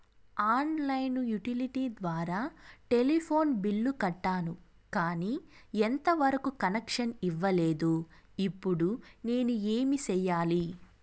On line utility ద్వారా telephone bill కట్టాను, కానీ ఎంత వరకు కనెక్షన్ ఇవ్వలేదు, ఇప్పుడు నేను ఏమి సెయ్యాలి?